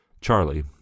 Charlie